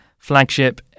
flagship